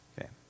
Okay